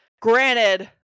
granted